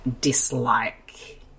dislike